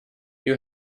you